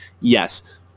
Yes